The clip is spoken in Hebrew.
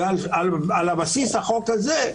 ועל בסיס החוק הזה,